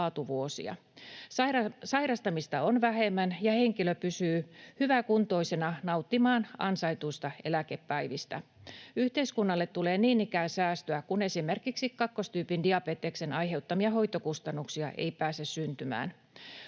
Sairastamista on vähemmän, ja henkilö pystyy hyväkuntoisena nauttimaan ansaituista eläkepäivistä. Yhteiskunnalle tulee niin ikään säästöä, kun esimerkiksi kakkostyypin diabeteksen aiheuttamia hoitokustannuksia ei pääse syntymään.